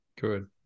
Good